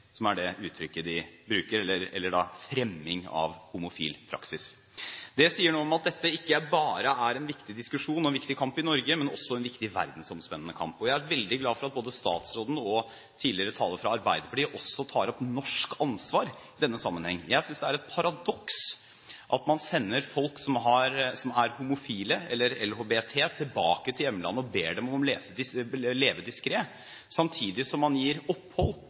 er det uttrykket de bruker. Det sier noe om at dette ikke bare er en viktig diskusjon og viktig kamp i Norge, men også en viktig verdensomspennende kamp. Jeg er veldig glad for at både statsråden og tidligere talere fra Arbeiderpartiet også tar opp norsk ansvar i denne sammenheng. Jeg synes det er et paradoks at man sender folk som er homofile, eller LHBT-personer, tilbake til hjemlandet, og ber dem om å leve diskret, samtidig som man gir opphold